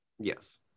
Yes